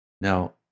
Now